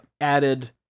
added